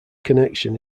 connection